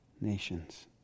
nations